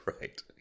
right